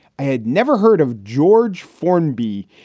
i had never heard of george formby.